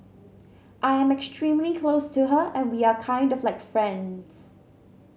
I am extremely close to her and we are kind of like friends